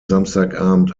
samstagabend